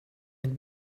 can